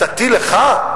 הצעתי לך,